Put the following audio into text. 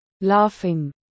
Laughing